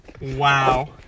Wow